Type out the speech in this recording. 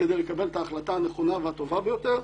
כדי לקבל את ההחלטה הנכונה והטובה ביותר,